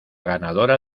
ganadora